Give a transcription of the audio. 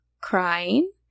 crying